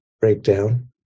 Breakdown